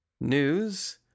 news